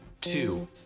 two